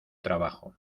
trabajo